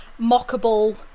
mockable